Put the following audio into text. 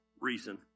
reason